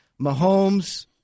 Mahomes